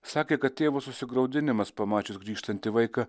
sakė kad tėvo susigraudinimas pamačius grįžtantį vaiką